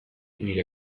nire